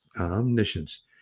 Omniscience